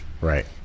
right